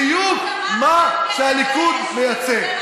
בדיוק מה שהליכוד מייצג.